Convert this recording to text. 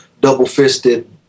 double-fisted